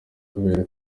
kubera